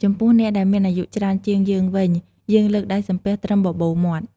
ចំពោះអ្នកដែលមានអាយុច្រើនជាងយើងវិញ យើងលើកដៃសំពះត្រឹមបបូរមាត់។